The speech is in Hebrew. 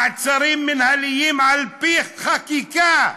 בא החוק, מעצרים מינהליים על-פי חקיקה,